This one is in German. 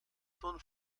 sohn